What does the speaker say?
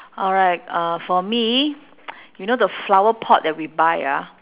alright uh for me you know the flower pot that we buy ah